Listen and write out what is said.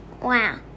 Wow